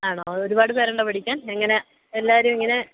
ആണോ ഒരുപാട് പേരുണ്ടോ പഠിക്കാൻ എങ്ങനെ എല്ലാവരും എങ്ങനെ